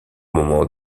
moment